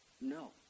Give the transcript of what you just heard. no